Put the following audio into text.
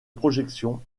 projection